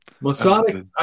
Masonic